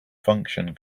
function